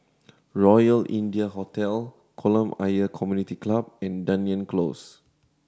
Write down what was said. Royal India Hotel Kolam Ayer Community Club and Dunearn Close